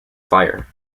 fire